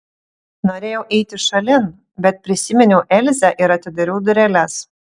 norėjau eiti šalin bet prisiminiau elzę ir atidariau dureles